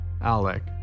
Alec